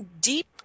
deep